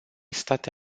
state